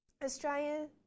Australian